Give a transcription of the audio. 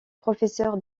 professeur